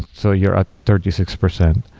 so you're at thirty six percent.